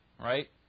right